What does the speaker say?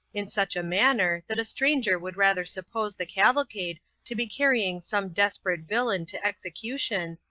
in such a manner, that a stranger would rather suppose the cavalcade to be carrying some desperate villain to execution,